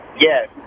yes